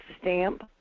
stamp